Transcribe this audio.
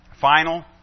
final